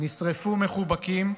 נשרפו מחובקים,